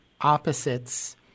opposites